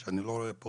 שאני לא רואה פה